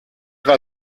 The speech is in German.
war